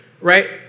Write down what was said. right